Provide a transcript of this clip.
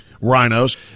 rhinos